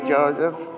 Joseph